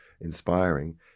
inspiring